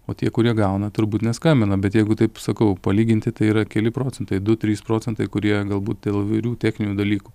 o tie kurie gauna turbūt neskambina bet jeigu taip sakau palyginti tai yra keli procentai du trys procentai kurie galbūt dėl įvairių techninių dalykų